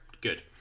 Good